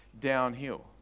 downhill